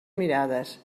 mirades